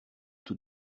tout